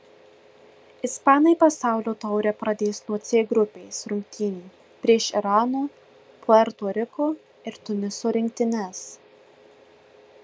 ispanai pasaulio taurę pradės nuo c grupės rungtynių prieš irano puerto riko ir tuniso rinktines